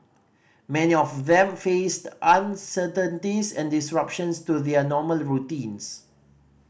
many of them faced uncertainties and disruptions to their normal routines